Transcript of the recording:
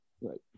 right